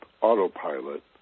autopilot